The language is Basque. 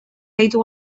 gaitu